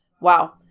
Wow